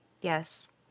Yes